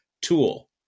tool